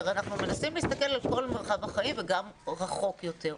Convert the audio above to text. הרי אנחנו מנסים להסתכל על מרחב החיים וגם רחוק יותר.